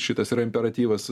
šitas yra imperatyvas